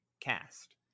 Cast